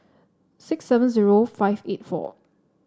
six seven zero five eight four